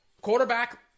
Quarterback